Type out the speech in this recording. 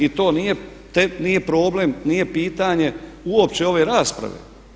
I to nije problem, nije pitanje uopće ove rasprave.